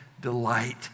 delight